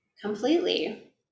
completely